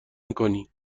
میکنی